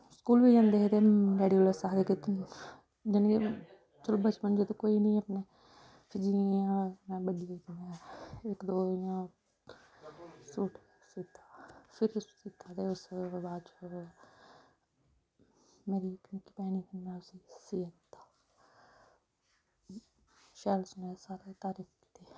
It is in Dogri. स्कूल बी जंदे हे ते डैडी आखदे हे तूं जानि के चलो बचपन ते कोई निं अपना फ्ही जियां जियां में बड्डी होई इक दो इ'यां सूट सीता सूट सीता ते ओह्दे बाद च मेरी ई भैन ही में उसी सियै दित्ता शैल सनोएआ सारें तरीफ कीती